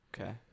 Okay